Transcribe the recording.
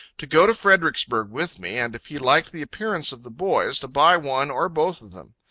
to go to fredericksburg with me, and if he liked the appearance of the boys, to buy one or both of them.